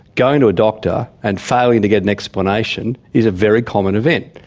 going to a doctor and failing to get an explanation is a very common event.